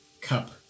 cup